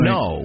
no